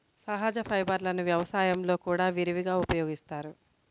సహజ ఫైబర్లను వ్యవసాయంలో కూడా విరివిగా ఉపయోగిస్తారు